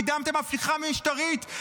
קידמתם הפיכה משטרית,